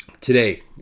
Today